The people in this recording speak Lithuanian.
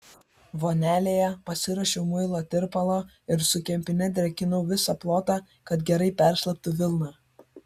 vonelėje pasiruošiau muilo tirpalo ir su kempine drėkinu visą plotą kad gerai peršlaptų vilna